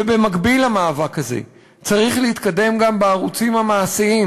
ובמקביל למאבק הזה צריך להתקדם גם בערוצים המעשיים,